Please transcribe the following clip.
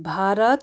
Bharat